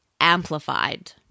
amplified